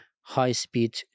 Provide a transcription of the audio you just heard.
high-speed